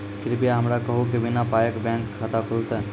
कृपया हमरा कहू कि बिना पायक बैंक मे खाता खुलतै?